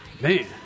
man